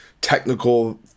technical